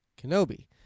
Kenobi